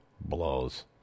blows